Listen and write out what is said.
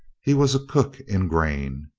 he was a cook in grain.